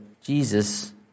Jesus